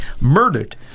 murdered